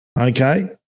okay